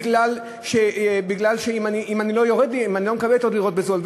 בגלל שאני לא מקבל דירות יותר בזול,